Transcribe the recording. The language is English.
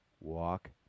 Walk